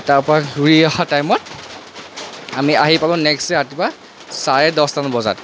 তাৰ পৰা ঘুৰি অহা টাইমত আমি আহি পালো নেক্সট ডে ৰাতিপুৱা চাৰে দছটামান বজাত